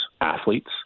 athletes